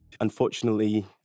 Unfortunately